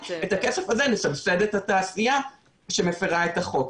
מהכסף הזה לסבסד את התעשייה שמפרה את החוק.